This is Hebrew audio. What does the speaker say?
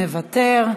מוותר,